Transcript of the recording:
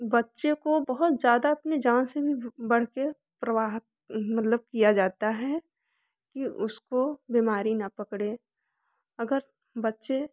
बच्चे को बहुत ज़्यादा अपनी जान से भी बढ़ के प्रवाह मतलब किया जाता है कि उसको बिमारी न पकड़े अगर बच्चे